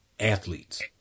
athletes